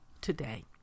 today